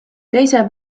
teise